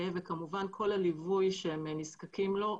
וכמובן כל הליווי שהם נזקקים לו.